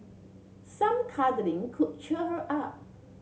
some cuddling could cheer her up